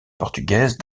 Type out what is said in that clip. portugaise